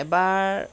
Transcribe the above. এবাৰ